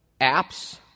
apps